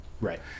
Right